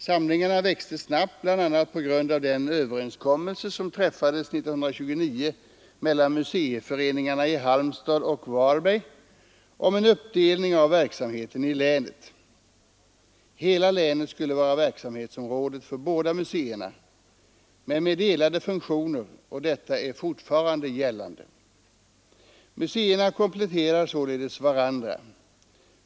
Samlingarna växte snabbt, bl.a. på grund av den överenskommelse som träffades 1929 mellan museiföreningarna i Halmstad och Varberg om en uppdelning av verksamheten i länet. Hela länet skulle vara verksamhetsområde för båda museerna, men med delade funktioner, och detta är fortfarande gällande. Museerna kompletterar således varandra.